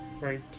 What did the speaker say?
right